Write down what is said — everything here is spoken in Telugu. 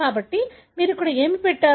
కాబట్టి మీరు ఇక్కడ ఏమి పెట్టారు